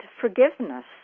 forgiveness